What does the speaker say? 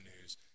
news